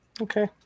Okay